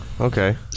okay